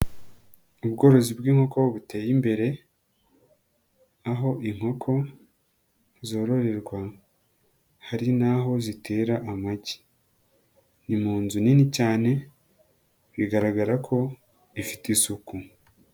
Ubworozi bw'inkoko buteye imbere, aho inkoko zororerwa. Hari n'aho zitera amagi. Ni mu nzu nini cyane, bigaragara ko ifite isuku.